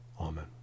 Amen